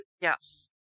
yes